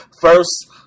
first